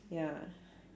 ya